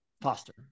foster